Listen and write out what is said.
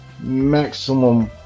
maximum